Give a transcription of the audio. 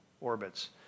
orbits